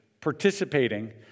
participating